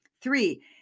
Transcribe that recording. Three